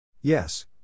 Yes